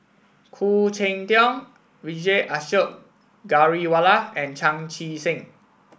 Khoo Cheng Tiong Vijesh Ashok Ghariwala and Chan Chee Seng